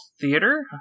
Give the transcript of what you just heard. theater